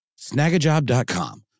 snagajob.com